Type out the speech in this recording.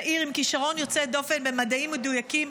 צעיר עם כישרון יוצא דופן במדעים מדויקים,